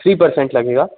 three percent लगेगा